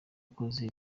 akoze